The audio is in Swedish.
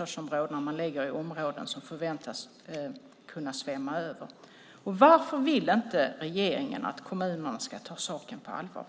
och som ligger i områden som förväntas kunna svämma över. Varför vill inte regeringen att kommunerna ska ta saken på allvar?